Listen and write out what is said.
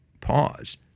pause—